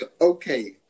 Okay